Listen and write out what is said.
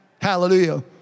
Hallelujah